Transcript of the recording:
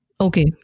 Okay